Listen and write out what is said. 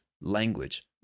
language